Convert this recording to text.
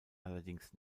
allerdings